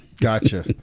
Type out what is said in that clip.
Gotcha